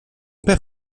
père